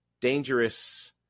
dangerous